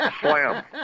Slam